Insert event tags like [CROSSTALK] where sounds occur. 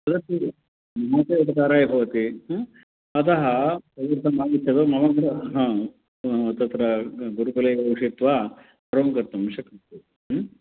तदपि महते उपकाराय भवति अतः [UNINTELLIGIBLE] हा तत्र गुरुकुले उषित्वा सर्वं कर्तुं शक्नोति